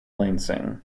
lansing